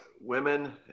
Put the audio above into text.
women